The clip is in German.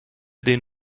den